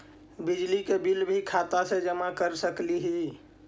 बिजली के बिल भी खाता से जमा कर सकली ही?